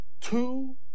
two